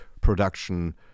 production